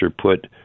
put